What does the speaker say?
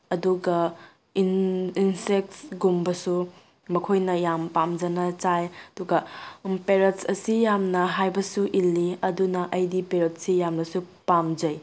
ꯑꯗꯨꯒ ꯏꯟꯁꯦꯛꯁꯀꯨꯝꯕꯁꯨ ꯃꯈꯣꯏꯅ ꯌꯥꯝ ꯄꯥꯝꯖꯅ ꯆꯥꯏ ꯑꯗꯨꯒ ꯄꯦꯔꯠꯁ ꯑꯁꯤ ꯌꯥꯝꯅ ꯍꯥꯏꯕꯁꯨ ꯏꯜꯂꯤ ꯑꯗꯨꯅ ꯑꯩꯗꯤ ꯄꯦꯔꯣꯠꯁꯦ ꯌꯥꯝꯅꯁꯨ ꯄꯥꯝꯖꯩ